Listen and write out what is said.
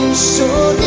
so.